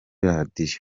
radio